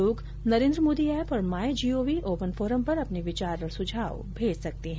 लोग नरेन्द्र मोदी ऐप और my G O V open forum पर अपने विचार और सुझाव भेज सकते हैं